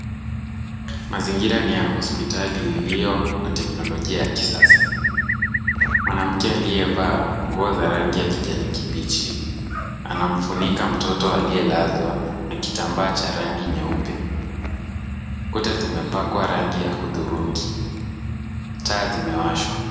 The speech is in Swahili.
Mazingira ni ya hosipitali na ilio na teknologia ya kisasa. Mwanamke aliyevaa nguo za rangi ya kijani kibichi, anamfunika mtoto aliyelazwa na kitambaa cha rangi nyeupe. Kuta zimepakwa rangi ya hudhurungi. Tamaa zimeashwa.